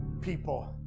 people